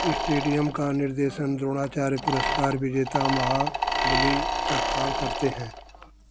stadium का निर्देशन द्रोणाचार्य पुरस्कार विजेता महाबली सतपाल करते हैं